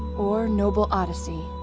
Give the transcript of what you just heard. or noble odyssey.